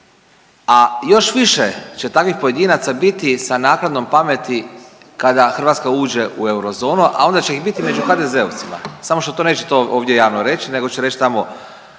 a još više će takvih pojedinaca biti sa naknadnom pameti kada Hrvatska uđe u eurozonu, a onda će ih biti među HDZ-ovcima samo što to neće ovdje javno reći, nego će reći tamo